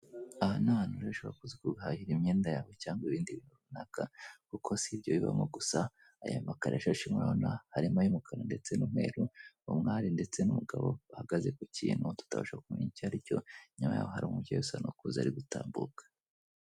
Aha ni ahantu rero ushobora kuza guhahira imyenda yawe cyangwa ibindi bintu runaka, kuko si ibyo bibamo gusa aya makarishashi urimo urabona harimo ay'umukara ndetse n'umweruru, umwari ndetse n'umugabo bahagaze ku kintu tutabasha kumenya icyo ari cyo, inyama yabo hari umubyeyi usa n'ukuze ari gutambuka.